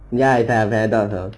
ya ya I know that though